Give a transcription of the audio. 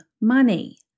money